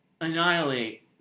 annihilate